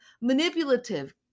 manipulative